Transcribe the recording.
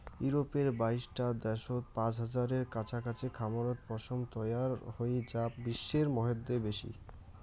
ইউরপের বাইশটা দ্যাশত পাঁচ হাজারের কাছাকাছি খামারত পশম তৈয়ার হই যা বিশ্বর মইধ্যে বেশি